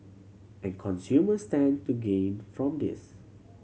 and consumers stand to gain from this